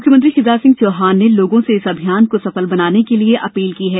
मुख्यमंत्री शिवराज सिंह चौहान ने लोगों से इस अभियान को सफल बनाने के लिए अपील की है